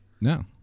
No